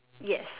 yes